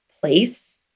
place